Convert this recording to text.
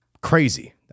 Crazy